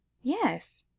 yes?